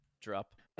drop